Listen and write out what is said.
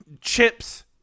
Chips